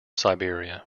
siberia